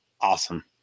awesome